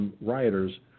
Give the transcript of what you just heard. rioters